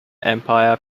empire